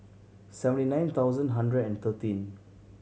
seventy nine thousand hundred and thirteen